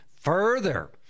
further